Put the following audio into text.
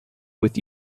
with